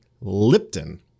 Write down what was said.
Lipton